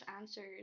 answers